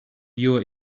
your